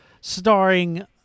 starring